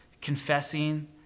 confessing